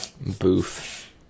Boof